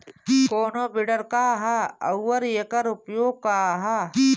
कोनो विडर का ह अउर एकर उपयोग का ह?